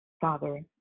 Father